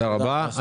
תודה רבה.